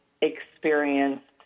experienced